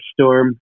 storm